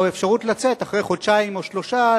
או אפשרות לצאת אחרי חודשיים או שלושה,